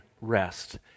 rest